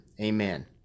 amen